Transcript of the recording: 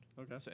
Okay